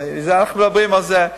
אנחנו מדברים על זה.